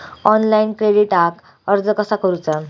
Online क्रेडिटाक अर्ज कसा करुचा?